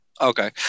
Okay